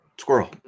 squirrel